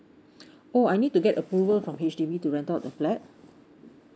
oh I need to get approval from H_D_B to rent out the flat